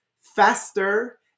faster